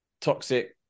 toxic